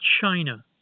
China